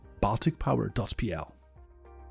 balticpower.pl